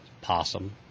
Possum